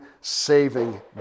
saving